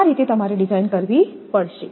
આ રીતે તમારે ડિઝાઇન કરવી પડશે